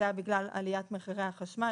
זה היה בגלל עליית מחירי החשמל.